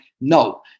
no